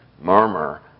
murmur